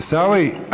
עיסאווי,